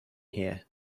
here